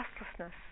restlessness